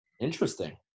Interesting